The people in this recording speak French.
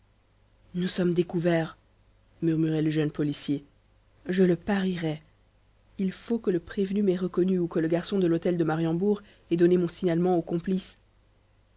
nous sommes découverts murmurait le jeune policier je le parierais il faut que le prévenu m'ait reconnu ou que le garçon de l'hôtel de mariembourg ait donné mon signalement au complice